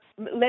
let